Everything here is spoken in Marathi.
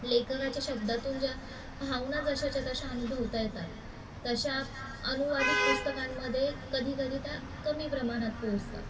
लेखकाच्या शब्दातून ज्या भावना जशाच्या तशा अनुभवता येतात तशा अनुवादित पुस्तकांमध्ये कधीकधी त्या कमी प्रमाणात पोहोचतात